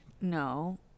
No